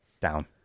Down